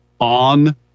On